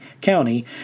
County